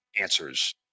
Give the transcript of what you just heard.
answers